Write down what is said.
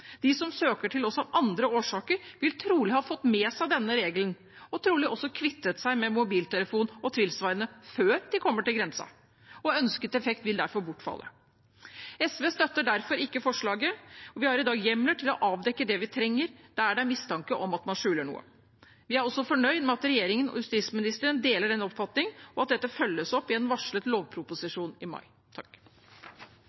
De som søker til oss av andre årsaker, vil trolig ha fått med seg denne regelen, og trolig også ha kvittet seg med mobiltelefon og tilsvarende før de kommer til grensen. Ønsket effekt vil derfor bortfalle. SV støtter derfor ikke forslaget, og vi har i dag hjemler til å avdekke det vi trenger, der det er mistanke om at man skjuler noe. Vi er også fornøyd med at regjeringen og justisministeren deler denne oppfatningen, og at dette følges opp i en varslet